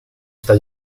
sta